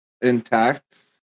intact